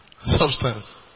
Substance